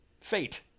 fate